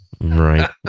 Right